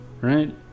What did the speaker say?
Right